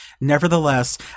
Nevertheless